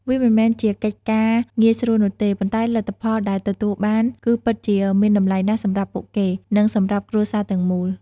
វាមិនមែនជាកិច្ចការងាយស្រួលនោះទេ ប៉ុន្តែលទ្ធផលដែលទទួលបានគឺពិតជាមានតម្លៃណាស់សម្រាប់ពួកគេ និងសម្រាប់គ្រួសារទាំងមូល ។